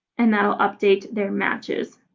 and that will update their matches.